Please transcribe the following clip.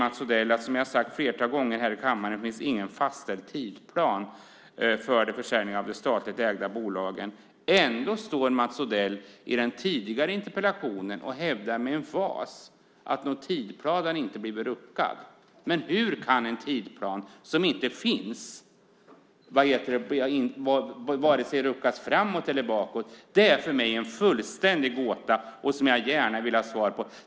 Mats Odell säger flera gånger här i kammaren att det inte finns någon fastställd tidsplan för försäljning av de statligt ägda bolagen. Ändå stod Mats Odell i den tidigare interpellationsdebatten och hävdade med emfas att någon tidsplan inte hade blivit ruckad. Hur kan en tidsplan som inte finns vare sig ruckas framåt eller bakåt? Det är för mig en fullständig gåta som jag gärna vill ha svar på.